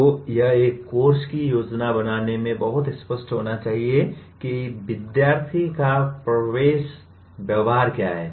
तो यह एक कोर्स की योजना बनाने में बहुत स्पष्ट होना चाहिए कि विद्यार्थी का प्रवेश व्यवहार क्या है